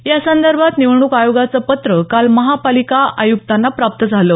यासंदर्भात निवडणूक आयोगाचं पत्र काल महापालिका आयुक्तांना प्राप्त झालं